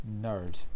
nerd